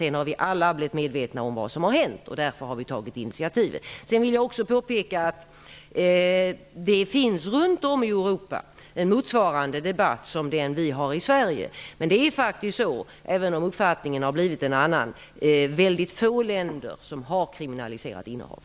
Sedan har vi alla blivit medvetna om vad som har hänt, och det är därför som vi har tagit initiativ. Sedan vill jag också påpeka att det runt om i Europa förs en motsvarande debatt som den som förs i Sverige. Även om uppfattningen har blivit en annan är det faktiskt väldigt få länder som kriminaliserat innehav.